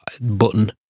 button